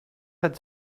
had